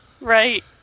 Right